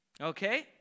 Okay